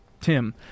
Tim